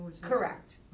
Correct